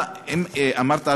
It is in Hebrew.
אמרת,